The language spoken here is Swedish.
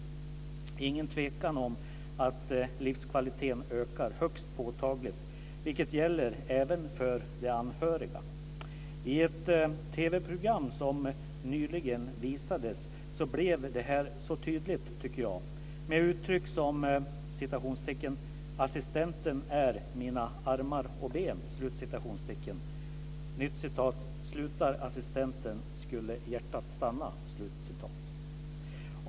Det är ingen tvekan om att livskvaliteten ökar högst påtagligt, vilket gäller även för de anhöriga. I ett TV-program som nyligen visades blev detta tydligt, tycker jag, med uttryck som "assistenten är mina armar och ben" och "slutar assistenten skulle hjärtat stanna".